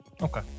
okay